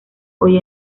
hoy